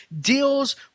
deals